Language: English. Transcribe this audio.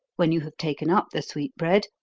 when you taken up the sweet bread,